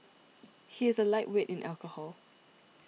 he is a lightweight in alcohol